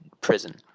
prison